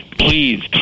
Please